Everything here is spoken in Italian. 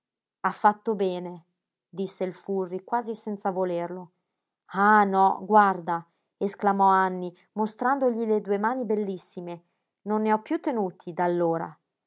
ha fatto bene disse il furri quasi senza volerlo ah no guarda esclamò anny mostrandogli le due mani bellissime non ne ho piú tenuti da allora